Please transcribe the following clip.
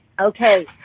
Okay